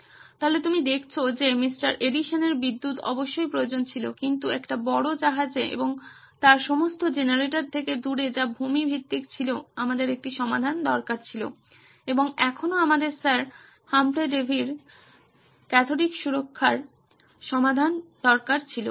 সুতরাং তুমি দেখেছো যে জনাব এডিসনের বিদ্যুৎ অবশ্যই প্রয়োজন ছিল কিন্তু একটি বড় জাহাজে এবং তার সমস্ত জেনারেটর থেকে দূরে যা ভূমি ভিত্তিক ছিল আমাদের একটি সমাধান দরকার ছিল এবং এখনও আমাদের স্যার হামফ্রে ডেভির ক্যাথোডিক সুরক্ষার সমাধান দরকার ছিল